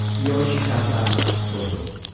yoroshikattara douzo.